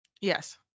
yes